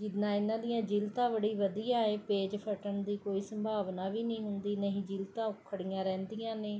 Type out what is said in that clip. ਜਿੱਦਾਂ ਇਨ੍ਹਾਂ ਦੀਆਂ ਜਿਲਦਾਂ ਬੜੀ ਵਧੀਆ ਹੈ ਪੇਜ਼ ਫਟਣ ਦੀ ਵੀ ਕੋਈ ਸੰਭਾਵਨਾ ਵੀ ਨਹੀਂ ਹੁੰਦੀ ਨਹੀਂ ਜਿਲਦਾਂ ਉੱਖੜੀਆਂ ਰਹਿੰਦੀਆਂ ਨੇ